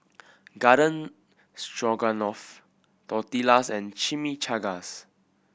Garden Stroganoff Tortillas and Chimichangas